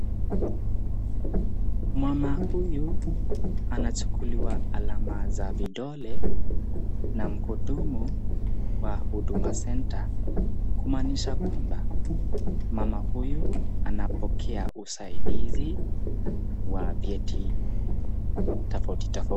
Mama huyu anachukuliwa alama za vidole na muhudumu wa huduma Centre kumanisha kwamba mama huyu anapokea usaidizi wa vyeti tofauti tofauti.